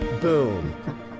boom